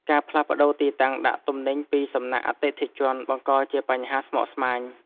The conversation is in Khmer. ការផ្លាស់ប្តូរទីតាំងដាក់ទំនិញពីសំណាក់អតិថិជន បង្កជាបញ្ហាស្មុគស្មាញ។